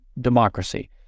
democracy